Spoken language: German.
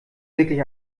wirklich